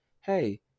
hey